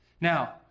Now